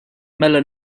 mela